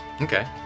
Okay